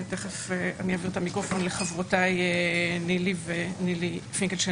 ותכף אעביר את המיקרופון לחברותיי נילי פינקלשטיין